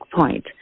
point